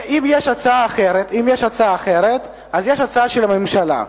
אם יש הצעה אחרת אז יש הצעה של הממשלה.